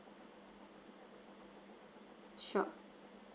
sure